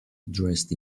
dressed